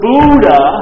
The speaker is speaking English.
Buddha